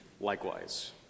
likewise